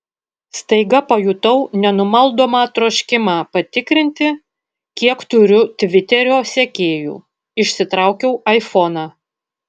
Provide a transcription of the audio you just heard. staiga pajutau nenumaldomą troškimą patikrinti kiek turiu tviterio sekėjų išsitraukiau aifoną